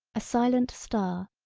a silent star,